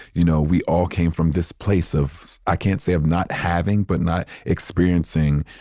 you know, we all came from this place of, i can't say of not having but not experiencing,